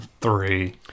three